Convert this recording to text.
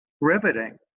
riveting